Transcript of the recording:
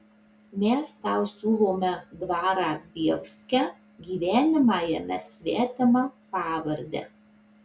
mes tau siūlome dvarą bielske gyvenimą jame svetima pavarde